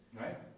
Right